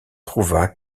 trouva